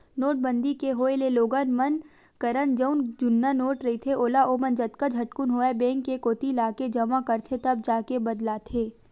नोटबंदी के होय ले लोगन मन करन जउन जुन्ना नोट रहिथे ओला ओमन जतका झटकुन होवय बेंक कोती लाके जमा करथे तब जाके बदलाथे